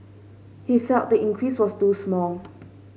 he felt the increase was too small